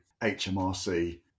HMRC